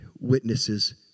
witnesses